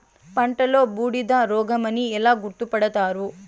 పంటలో బూడిద రోగమని ఎలా గుర్తుపడతారు?